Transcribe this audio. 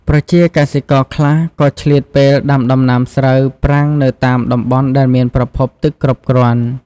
ប្រជាកសិករខ្លះក៏ឆ្លៀតពេលដាំដំណាំស្រូវប្រាំងនៅតាមតំបន់ដែលមានប្រភពទឹកគ្រប់គ្រាន់។